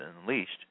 unleashed